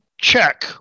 check